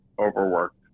overworked